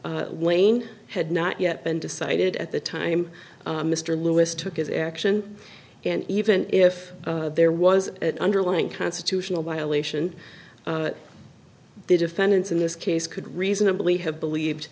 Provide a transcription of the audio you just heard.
wayne had not yet been decided at the time mr lewis took his action and even if there was an underlying constitutional violation the defendants in this case could reasonably have believed